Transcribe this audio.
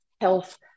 health